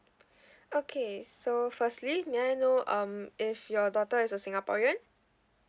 okay so firstly may I know um if your daughter is a singaporean